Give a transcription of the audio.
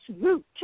route